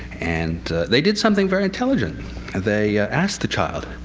and they did something very intelligent ah they ah asked the child,